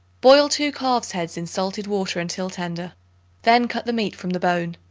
boil two calves' heads in salted water until tender then cut the meat from the bone.